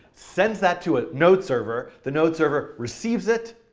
sends that to a node server. the node server receives it,